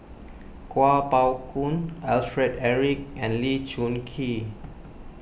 Kuo Pao Kun Alfred Eric and Lee Choon Kee